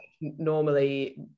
normally